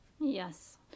Yes